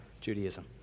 Judaism